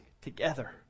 together